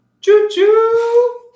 Choo-choo